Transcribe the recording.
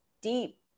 deep